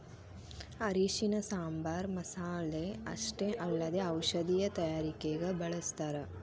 ಅರಿಶಿಣನ ಸಾಂಬಾರ್ ಮಸಾಲೆ ಅಷ್ಟೇ ಅಲ್ಲದೆ ಔಷಧೇಯ ತಯಾರಿಕಗ ಬಳಸ್ಥಾರ